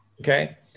Okay